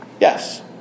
Yes